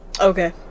Okay